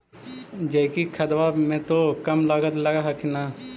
जैकिक खदबा मे तो कम लागत लग हखिन न?